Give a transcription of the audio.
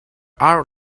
are